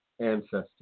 ancestors